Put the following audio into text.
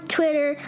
Twitter